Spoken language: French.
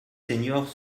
seniors